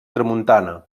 tramuntana